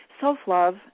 self-love